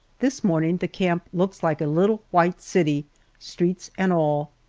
this morning the camp looks like a little white city streets and all.